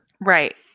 Right